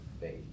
faith